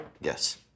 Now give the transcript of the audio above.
Yes